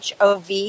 HOV